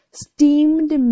steamed